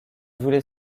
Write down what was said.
voulait